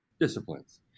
disciplines